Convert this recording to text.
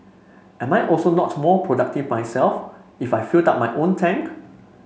am I also not more productive myself if I filled up my own tank